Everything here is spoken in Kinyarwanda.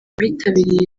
bitabiriye